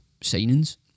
signings